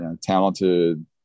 talented